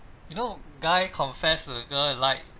you know guy confess to a girl you like